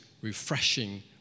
refreshing